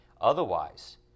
Otherwise